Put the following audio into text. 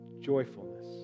joyfulness